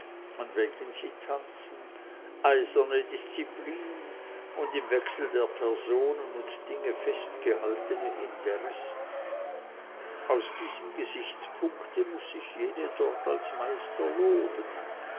an welchen sie tanzen eiserne disziplin und im wechsel der personen und dinge festgehaltene interessen aus diesem gesichtspunkte muß ich jene dort als meister loben